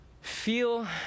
feel